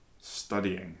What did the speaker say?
studying